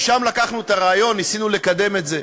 משם לקחנו את הרעיון וניסינו לקדם את זה.